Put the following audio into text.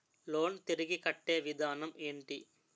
Loan తిరిగి కట్టే విధానం ఎంటి?